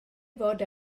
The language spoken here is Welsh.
fod